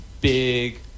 big